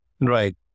Right